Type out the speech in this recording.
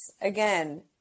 again